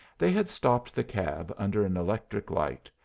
they had stopped the cab under an electric light,